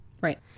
Right